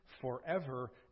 forever